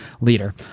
leader